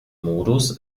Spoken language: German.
modus